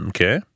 Okay